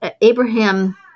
Abraham